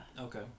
Okay